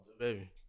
Baby